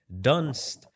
Dunst